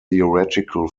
theoretical